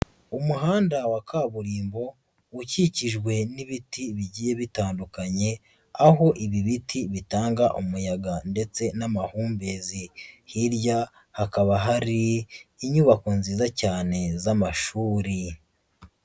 Umuhanda wa kaburimbo ukikijwe n'ibiti bigiye bitandukanye, aho ibi biti bitanga umuyaga ndetse n'amahumbezi, hirya hakaba hari inyubako nziza cyane z'amashuri.